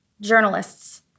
journalists